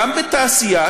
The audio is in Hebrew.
גם בתעשייה,